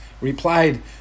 replied